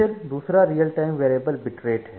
फिर दूसरा real time variable bit rate है